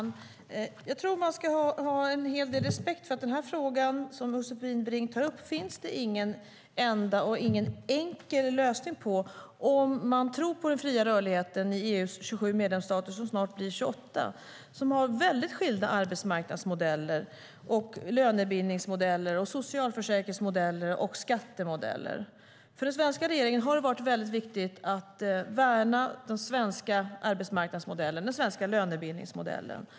Herr talman! Man ska ha respekt för att det inte finns någon enkel lösning på den fråga som Josefin Brink tar upp om man tror på den fria rörligheten i EU:s 27, snart 28, medlemsstater. Länderna har väldigt skilda arbetsmarknadsmodeller, lönebildningsmodeller, socialförsäkringsmodeller och skattemodeller. För den svenska regeringen har det varit väldigt viktigt att värna den svenska arbetsmarknadsmodellen och den svenska lönebildningsmodellen.